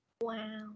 Wow